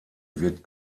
wird